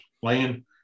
playing